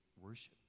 worship